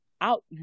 out